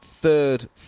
third